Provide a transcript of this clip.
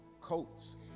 coats